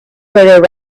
were